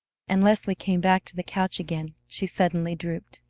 and leslie came back to the couch again, she suddenly drooped.